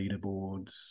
leaderboards